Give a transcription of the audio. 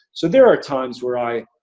so there are times where i.